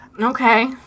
okay